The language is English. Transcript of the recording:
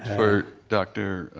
for dr.